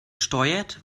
steuert